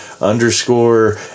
underscore